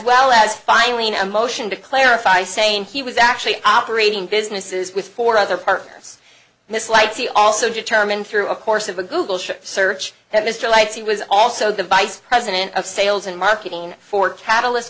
well as finally in a motion to clarify saying he was actually operating businesses with four other purpose misliked he also determined through a course of a google search that mr like he was also the vice president of sales and marketing for catalyst